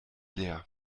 leer